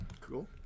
Cool